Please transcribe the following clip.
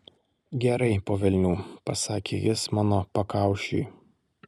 gerai po velnių pasakė jis mano pakaušiui